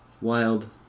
Wild